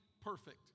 perfect